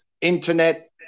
internet